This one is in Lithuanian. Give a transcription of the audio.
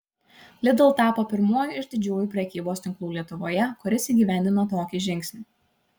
lidl tapo pirmuoju iš didžiųjų prekybos tinklų lietuvoje kuris įgyvendino tokį žingsnį